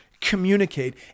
communicate